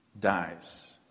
dies